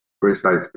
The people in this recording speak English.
Precisely